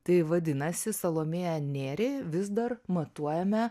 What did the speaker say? tai vadinasi salomėją nėrį vis dar matuojame